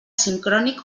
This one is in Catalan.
sincrònic